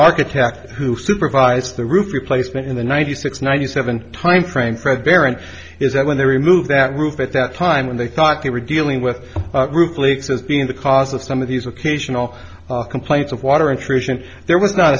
architect who supervised the roof replacement in the ninety six ninety seven time frame fred baron is that when they remove that roof at that time when they thought they were dealing with roof leaks as being the cause of some of these occasional complaints of water intrusion there was not